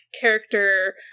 character